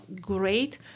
great